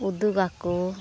ᱩᱫᱩᱜᱟᱠᱚ